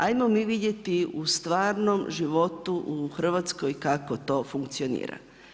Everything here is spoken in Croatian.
Ajmo mi vidjeti u stvarnom životu u Hrvatskoj kako to funkcionira.